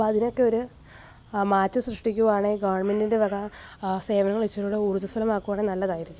അപ്പം അതിനൊക്കെ ഒരു മാറ്റം സൃഷ്ടിക്കുവാണെങ്കിൽ ഗവൺമെന്റിൻ്റെ വക സേവനങ്ങൾ ഇച്ചിരിയും കൂടെ ഊർജ്ജസ്വലമാക്കുവാണെങ്കിൽ നല്ലതായിരിക്കും